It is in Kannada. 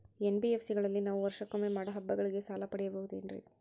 ಎನ್.ಬಿ.ಎಸ್.ಸಿ ಗಳಲ್ಲಿ ನಾವು ವರ್ಷಕೊಮ್ಮೆ ಮಾಡೋ ಹಬ್ಬಗಳಿಗೆ ಸಾಲ ಪಡೆಯಬಹುದೇನ್ರಿ?